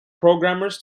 programmers